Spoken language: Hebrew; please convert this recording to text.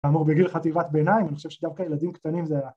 אמור בגיל חטיבת ביניים אני חושב שדווקא ילדים קטנים זה ה..